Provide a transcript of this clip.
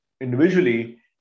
individually